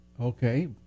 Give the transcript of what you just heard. Okay